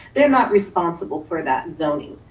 they're not responsible for that zoning.